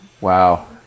Wow